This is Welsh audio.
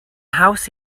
haws